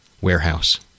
warehouse